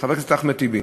חבר הכנסת אחמד טיבי,